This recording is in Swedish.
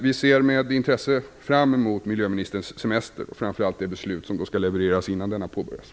Vi ser med intresse fram emot miljöministerns semester och framför allt emot det beslut som skall levereras innan denna semester påbörjas.